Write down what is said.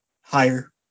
Higher